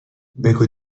بگو